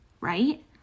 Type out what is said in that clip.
right